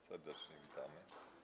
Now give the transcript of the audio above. Serdecznie witamy.